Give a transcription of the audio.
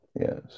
yes